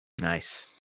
Nice